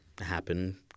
happen